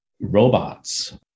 robots